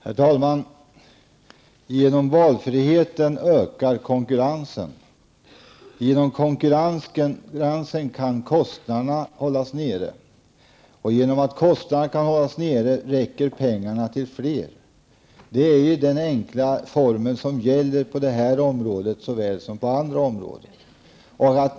Herr talman! Genom valfriheten ökar konkurrensen. Genom konkurrensen kan kostnaderna hållas nere. Genom att kostnaderna kan hållas nere räcker pengarna till fler. Det är den enkla formel som gäller på det här området såväl som på andra.